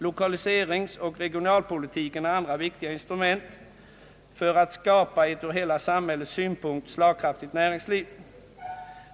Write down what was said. Lokaliseringsoch regionalpolitiken är andra viktiga instrument för att skapa ett ur hela samhällets synpunkt slagkraftigt näringsliv.